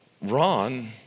Ron